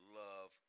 love